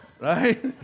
right